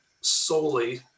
solely